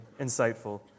insightful